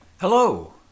Hello